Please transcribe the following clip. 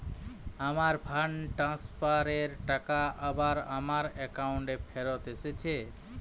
আমার fund transfer এর টাকা আবার আমার একাউন্টে ফেরত এসেছে